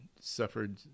suffered